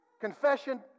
confession